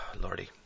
lordy